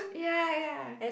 ya ya